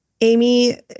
Amy